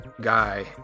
guy